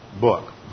book